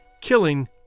killing